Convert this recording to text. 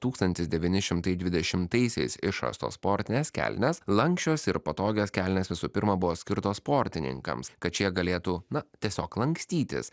tūkstantis devyni šimtai dvidešimtaisiais išrastos sportinės kelnės lanksčios ir patogios kelnės visų pirma buvo skirtos sportininkams kad šie galėtų na tiesiog lankstytis